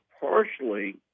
partially